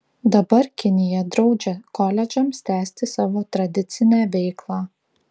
dabar kinija draudžia koledžams tęsti savo tradicinę veiklą